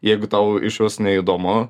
jeigu tau išvis neįdomu